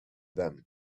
them